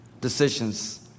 Decisions